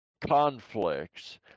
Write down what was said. conflicts